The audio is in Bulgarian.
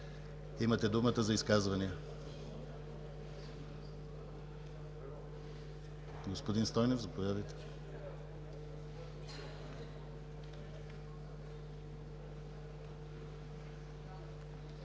Имате думата за изказвания. Господин Стойнев, заповядайте.